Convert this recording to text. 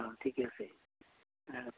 অঁ ঠিক আছে